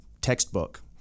textbook